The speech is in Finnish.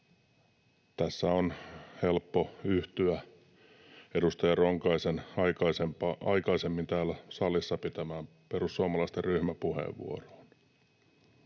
Tässä on helppo yhtyä edustaja Ronkaisen aikaisemmin täällä salissa pitämään perussuomalaisten ryhmäpuheenvuoroon.